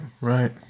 right